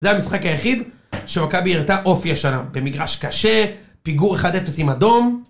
זה המשחק היחיד שמכבי הראתה אופי השנה. במגרש קשה, פיגור 1-0 עם אדום